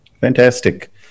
fantastic